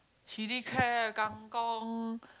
chilli crab KangKong